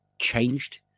changed